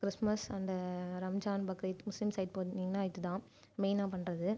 Christmas and Ramzan Bakrid Muslim side போனிங்கன்னா இது தான் மெயினாக பண்ணுறது